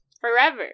Forever